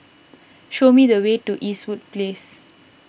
show me the way to Eastwood Place